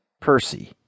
Percy